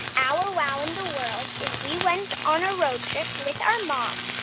our wow in the world is, we went on a road trip with our mom,